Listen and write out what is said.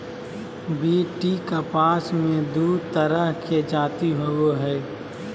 BT कपास मे दू तरह के जाति होबो हइ